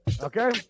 okay